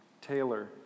Taylor